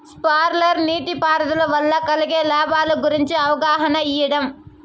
Sprinkle నీటిపారుదల వల్ల కలిగే లాభాల గురించి అవగాహన ఇయ్యడం?